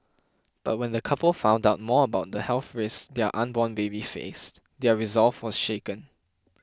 but when the couple found out more about the health raise their unborn baby faced their resolve was shaken